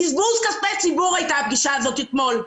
בזבוז כספי ציבור היתה הפגישה הזאת אתמול.